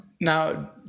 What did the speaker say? Now